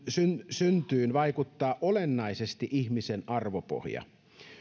sen syntyyn vaikuttaa olennaisesti ihmisen arvopohja